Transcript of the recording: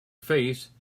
face